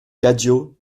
cadio